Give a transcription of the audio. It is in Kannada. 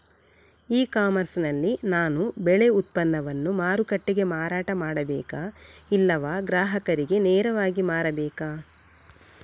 ಇ ಕಾಮರ್ಸ್ ನಲ್ಲಿ ನಾನು ಬೆಳೆ ಉತ್ಪನ್ನವನ್ನು ಮಾರುಕಟ್ಟೆಗೆ ಮಾರಾಟ ಮಾಡಬೇಕಾ ಇಲ್ಲವಾ ಗ್ರಾಹಕರಿಗೆ ನೇರವಾಗಿ ಮಾರಬೇಕಾ?